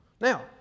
Now